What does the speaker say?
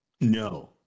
No